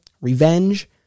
Revenge